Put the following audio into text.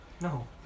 No